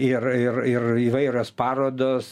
ir ir ir įvairios parodos